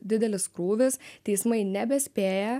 didelis krūvis teismai nebespėja